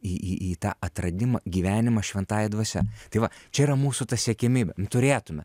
į į į tą atradimą gyvenimą šventąja dvasia tai va čia yra mūsų ta siekiamybė turėtume